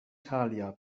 thalia